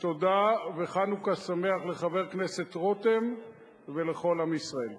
תודה, וחנוכה שמח לחבר הכנסת רותם ולכל עם ישראל.